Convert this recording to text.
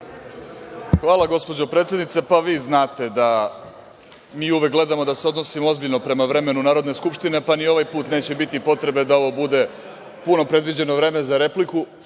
vam, gospođo predsednice. Vi znate da mi uvek gledamo da se odnosimo ozbiljno prema vremenu Narodne skupštine, pa ni ovaj put neće biti potrebe da ovo bude puno predviđeno vreme za repliku,